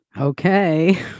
Okay